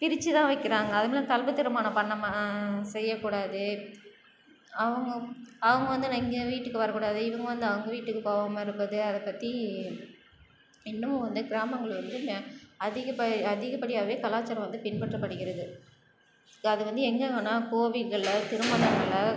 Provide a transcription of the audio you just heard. பிரித்து தான் வைக்கிறாங்க அதேமாதிரி கலப்பு திருமணம் பண்ண மா செய்யக்கூடாது அவங்கள் அவங்கள் வந்து எங்கள் வீட்டுக்கு வரக்கூடாது இவங்கள் வந்து அவங்கள் வீட்டுக்கு போவாமல் இருப்பது அதைப்பத்தி இன்னுமும் வந்து கிராமங்களில் வந்து நெ அதிகபை அதிகப்படியாகவே கலாச்சாரம் வந்து பின்பற்றப்படுகிறது அது வந்து எங்கேங்கன்னா கோவில்களில் திருமணங்களில்